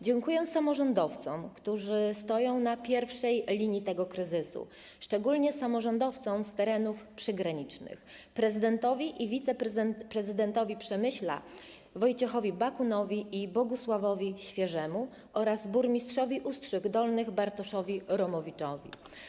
Dziękuję samorządowcom, którzy stoją na pierwszej linii tego kryzysu, szczególnie samorządowcom z terenów przygranicznych: prezydentowi i wiceprezydentowi Przemyśla Wojciechowi Bakunowi i Bogusławowi Świeżemu oraz burmistrzowi Ustrzyk Dolnych Bartoszowi Romowiczowi.